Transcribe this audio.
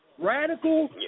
Radical